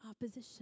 opposition